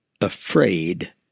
afraid